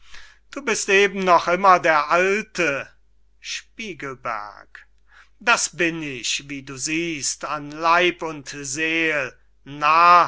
du bist eben noch immer der alte spiegelberg das bin ich wie du siehst an leib und seel narr